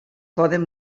poden